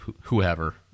whoever